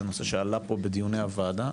זה נושא שעלה בדיוני הוועדה.